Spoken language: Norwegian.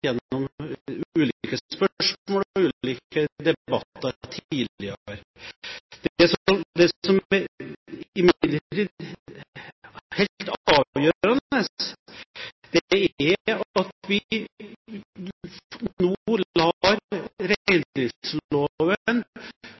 gjennom ulike spørsmål og ulike debatter tidligere. Det er imidlertid helt avgjørende at vi nå lar reindriftsloven